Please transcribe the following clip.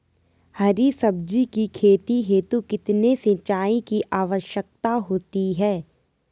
हरी सब्जी की खेती हेतु कितने सिंचाई की आवश्यकता होती है?